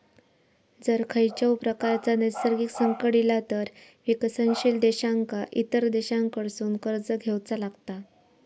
जर खंयच्याव प्रकारचा नैसर्गिक संकट इला तर विकसनशील देशांका इतर देशांकडसून कर्ज घेवचा लागता